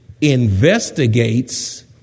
investigates